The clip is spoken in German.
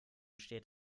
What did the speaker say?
steht